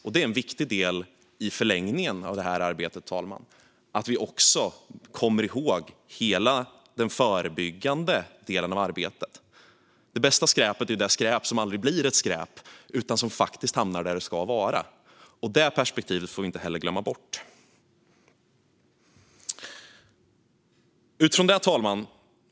Att vi också kommer ihåg hela den förebyggande delen är en viktig del i förlängningen av det här arbetet, fru talman. Det bästa skräpet är det som aldrig blir skräp utan hamnar där det ska vara. Det perspektivet får vi inte heller glömma bort. Fru talman!